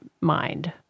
mind